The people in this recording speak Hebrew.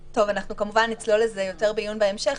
כמובן שנצלול לזה יותר בעיון בהמשך.